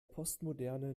postmoderne